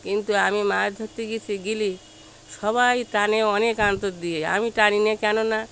কিন্তু আমি মাছ ধরতে গিয়েছি গেলে সবাই টানে অনেক অন্তর দিয়ে আমি টানি না কেন না